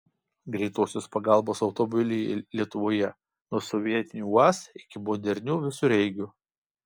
greitosios pagalbos automobiliai lietuvoje nuo sovietinių uaz iki modernių visureigių